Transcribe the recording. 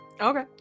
Okay